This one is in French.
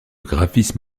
graphisme